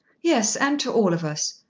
yes, and to all of us.